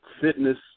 Fitness